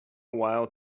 while